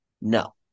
No